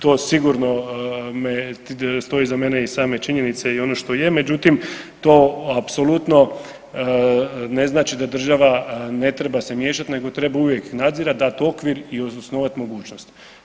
To sigurno me stoji iza mene i same činjenice i ono što je, međutim to apsolutno ne znači da država ne treba se miješati nego treba uvijek nadzirati, dati okvir i osnovati mogućnost.